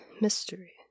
mystery